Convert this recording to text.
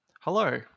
Hello